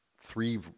three